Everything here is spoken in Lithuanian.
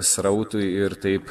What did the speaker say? srautui ir taip